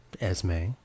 Esme